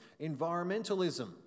environmentalism